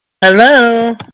Hello